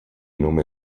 nome